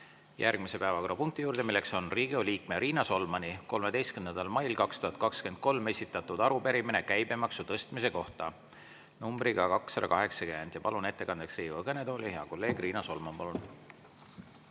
järgmise päevakorrapunkti juurde, milleks on Riigikogu liikme Riina Solmani 13. mail 2023 esitatud arupärimine käibemaksu tõstmise kohta numbriga 280. Palun ettekandeks Riigikogu kõnetooli hea kolleegi Riina Solmani.